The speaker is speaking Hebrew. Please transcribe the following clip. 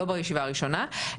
לא בישיבה הראשונה,